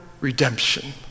redemption